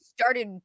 started